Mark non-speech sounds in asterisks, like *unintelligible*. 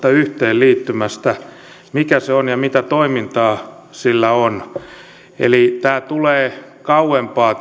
vastaisesta yhteenliittymästä mikä se on ja mitä toimintaa sillä on eli tämä asia tulee kauempaa *unintelligible*